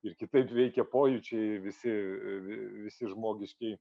ir kitaip veikia pojūčiai visi visi žmogiški